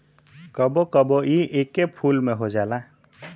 कबो कबो इ एके फूल में हो जाला